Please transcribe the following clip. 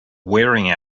wearing